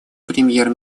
премьер